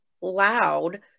loud